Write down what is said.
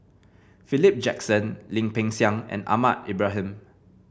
Philip Jackson Lim Peng Siang and Ahmad Ibrahim